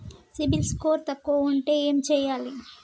CIBIL score తక్కువ ఉంటే ఏం చేయాలి?